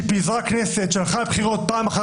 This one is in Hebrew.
יש פה חברי כנסת שבאים להטיף.